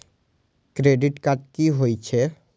Credit card की होई छै?